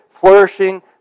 flourishing